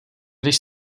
když